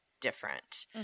different